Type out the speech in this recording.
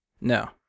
No